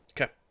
Okay